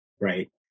Right